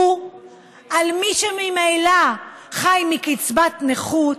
מי שממילא חי מקצבת נכות,